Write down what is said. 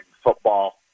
football